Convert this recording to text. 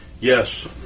yes